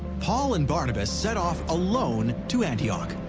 paul and barnabas set off alone to antioch.